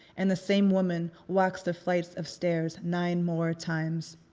and the same woman walks the flights of stairs nine more times.